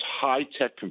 high-tech